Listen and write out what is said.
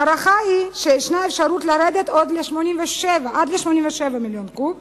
ההערכה היא שיש אפשרות לרדת עד 87 מיליון קוב,